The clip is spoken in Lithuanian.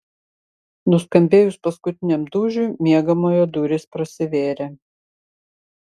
nuskambėjus paskutiniam dūžiui miegamojo durys prasivėrė